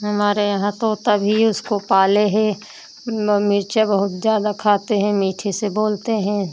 हमारे यहाँ तोता भी है उसको पाले हैं वह मिर्ची बहुत ज़्यादा खाते हैं मीठे से बोलते हैं